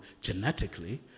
genetically